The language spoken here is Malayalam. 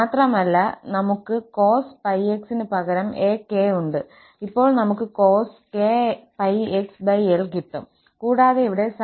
മാത്രമല്ല നമുക് cos𝜋𝑥 ന് പകരം 𝑎𝑘 ഉണ്ട് ഇപ്പോൾ നമുക് cos𝑘𝜋𝑥lകിട്ടും കൂടാതെ ഇവിടെ sin𝑘𝜋𝑥l ആകും